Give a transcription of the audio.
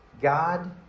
God